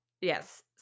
Yes